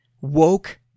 Woke